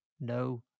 no